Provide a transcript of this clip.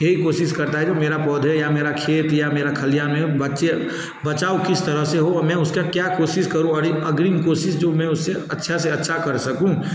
यही कोशिश करता है जो मेरा पौधा या मेरा खेत या मेरा खलिहान है वो बचे बचाव किस तरह से हो और मैं उसका क्या कोशिश करूँ और ये अग्रिम कोशिश जो मैं उसे अच्छा से अच्छा कर सकूँ